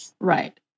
Right